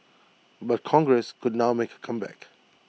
but congress could now make A comeback